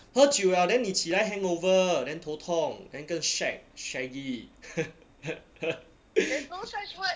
喝酒了 then 你起来 hangover then 头痛 then 更 shag shaggy